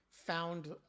found